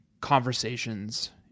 conversations